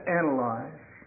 analyze